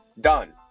done